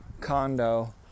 condo